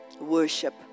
Worship